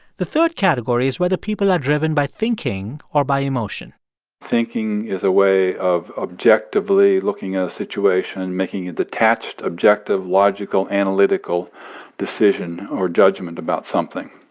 the third category is whether people are driven by thinking or by emotion thinking is a way of objectively looking at a situation, making a detached, objective, logical, analytical decision or judgment about something.